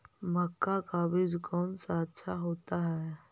मक्का का बीज कौन सा अच्छा होता है?